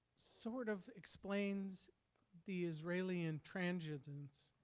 sort of explains the israeli intransigence.